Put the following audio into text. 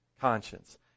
Conscience